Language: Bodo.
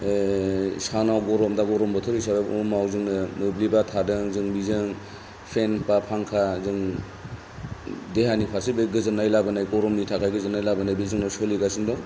सानाव गरम दा गरम बोथोर हिसाबै गरमाव जोंनो मोब्लिबा थादों जों बेजों पेन बा फांखा जों देहानि फारसे बे गोजोननाय लाबोनाय गरमनि थाखाय गोजोननाय लाबोनो बिजोंनो सलिगासिनो दं